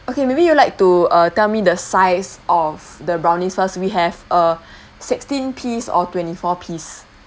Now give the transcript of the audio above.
okay maybe you like to uh tell me the size of the brownies first we have a sixteen piece or twenty four piece